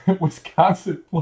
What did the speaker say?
Wisconsin